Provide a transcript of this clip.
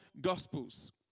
Gospels